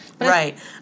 Right